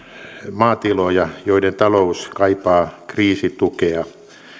maatiloja joiden talous kaipaa kriisitukea